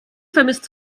vermisst